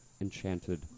Enchanted